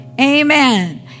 Amen